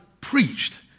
preached